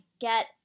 get